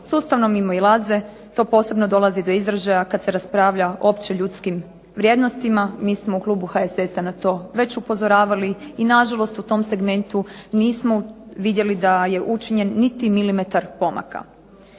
sustavno mimoilaze. To posebno dolazi do izražaja kada se raspravlja o opće ljudskim vrijednostima. Mi smo u klubu HSS-a već upozoravali i nažalost u tom segmentu nismo vidjeli da je učinjen niti milimetar pomaka.